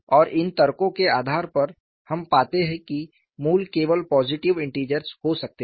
और इन तर्कों के आधार पर हम पाते हैं कि मूल केवल पॉजिटिव इंटिजर्स हो सकते हैं